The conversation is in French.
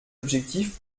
objectifs